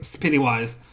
Pennywise